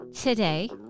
Today